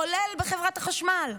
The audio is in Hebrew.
כולל בחברת החשמל.